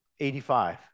85